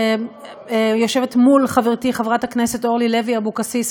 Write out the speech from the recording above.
אני יושבת מול חברתי חברת הכנסת אורלי לוי אבקסיס.